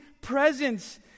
presence